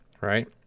Right